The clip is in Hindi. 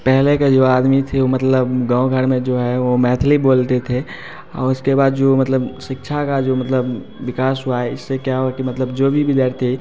पहले के जो आदमी थे वो मतलब गाँव घर में जो है वो मैथिली बोलते थे और उसके बाद जो मतलब शिक्षा का जो मतलब विकास हुआ है इससे क्या हुआ कि मतलब जो भी विद्यार्थी हैं